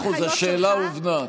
מאה אחוז, השאלה הובנה.